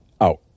out